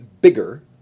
bigger